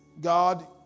God